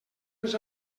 ens